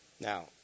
Now